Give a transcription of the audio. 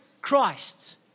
Christ